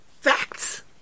facts